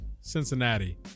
cincinnati